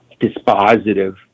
dispositive